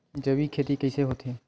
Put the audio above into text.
जैविक खेती कइसे होथे?